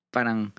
Parang